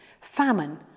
famine